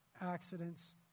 accidents